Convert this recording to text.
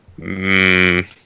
Mmm